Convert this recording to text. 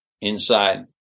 inside